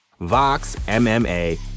VOXMMA